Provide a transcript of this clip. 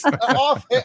off